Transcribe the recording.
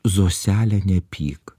zosele nepyk